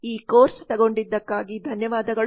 ಈ ಕೋರ್ಸ್ ತಗೊಂಡಿದ್ದಕ್ಕಾಗಿ ಧನ್ಯವಾದಗಳು